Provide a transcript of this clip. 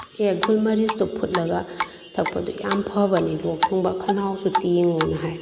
ꯑꯦ ꯒꯨꯜꯃꯔꯤꯁꯇꯣ ꯐꯨꯠꯂꯒ ꯊꯛꯄꯗꯨ ꯌꯥꯝ ꯐꯕꯅꯤ ꯂꯣꯛ ꯊꯨꯡꯕ ꯈꯅꯥꯎꯁꯨ ꯇꯦꯡꯉꯨꯅ ꯍꯥꯏ